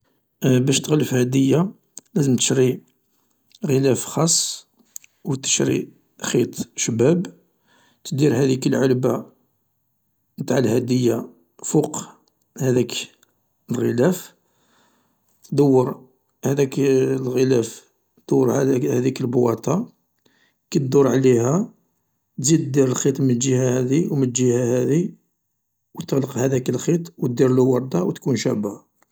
باش تغلف هدية لازم تشري غلاف خاص و تشري خيط شباب تدير هاذيك العلبة نتاع الهدية فوق هذاك الغلاف دور هذاك الغلاف دور هاذيك لبواطة كي دور عليها تزيد دير الخيط من الجهة هاذي و من الجهة هاذي و تغلق هذاك الخيط و ديرلو وردة و تكون شابة.